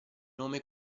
nome